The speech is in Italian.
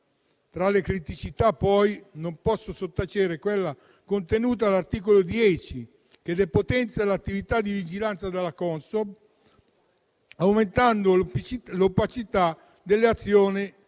Tra le criticità, poi, non posso sottacere quella contenuta all'articolo 10, che depotenzia l'attività di vigilanza della Consob, aumentando l'opacità delle azioni degli azionisti.